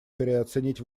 переоценить